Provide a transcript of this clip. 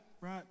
right